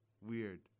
weird